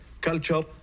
culture